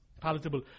palatable